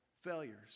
failures